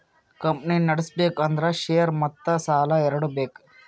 company ನಡುಸ್ಬೆಕ್ ಅಂದುರ್ share ಮತ್ತ ಸಾಲಾ ಎರಡು ಬೇಕ್